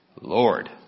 Lord